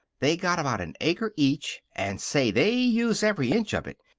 they got about an acre each, and, say, they use every inch of it.